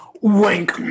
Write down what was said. Wink